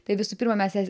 tai visų pirma mes jas